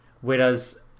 whereas